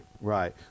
Right